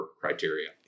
criteria